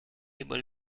able